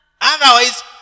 Otherwise